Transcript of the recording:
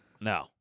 No